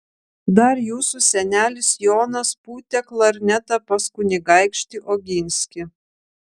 dar jūsų senelis jonas pūtė klarnetą pas kunigaikštį oginskį